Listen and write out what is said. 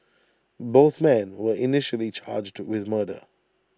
both men were initially charged with murder